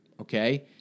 okay